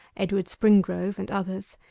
edward springrove, and others,